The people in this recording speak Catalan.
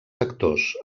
sectors